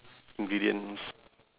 ingredients